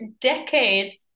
decades